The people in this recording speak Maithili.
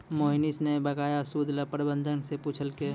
मोहनीश न बकाया सूद ल प्रबंधक स पूछलकै